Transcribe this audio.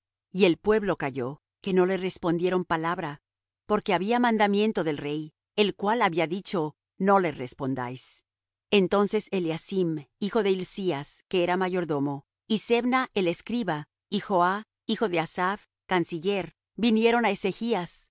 y el pueblo calló que no le respondieron palabra porque había mandamiento del rey el cual había dicho no le respondáis entonces eliacim hijo de hilcías que era mayordomo y sebna el escriba y joah hijo de asaph canciller vinieron á